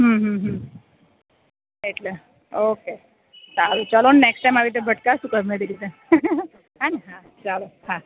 હમ હમ હમ એટલે ઓકે સારું ચાલો ને નેક્સ્ટ ટાઈમ આ રીતે ભટકાશું ગમે તે રીતે હેં ને હા ચાલો હા